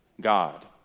God